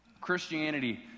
Christianity